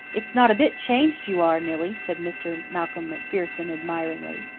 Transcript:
it's not a bit changed you are, nillie, said mr. malcolm macpherson admiringly.